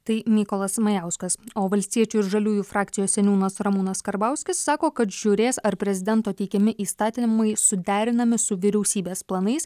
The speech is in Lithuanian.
tai mykolas majauskas o valstiečių ir žaliųjų frakcijos seniūnas ramūnas karbauskis sako kad žiūrės ar prezidento teikiami įstatymai suderinami su vyriausybės planais